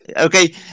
okay